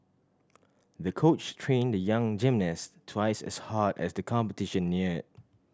the coach trained the young gymnast twice as hard as the competition neared